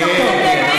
כן.